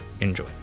Enjoy